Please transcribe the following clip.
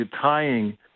tying